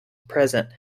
present